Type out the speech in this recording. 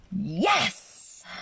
Yes